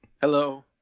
Hello